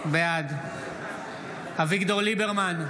בעד אביגדור ליברמן,